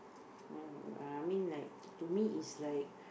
uh I mean like to me is like